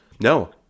No